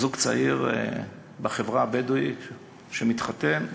זוג צעיר בחברה הבדואית שמתחתן,